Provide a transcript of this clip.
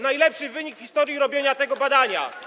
Najlepszy wynik w historii robienia tego badania.